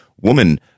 woman